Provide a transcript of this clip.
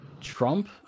Trump